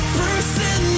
person